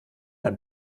ein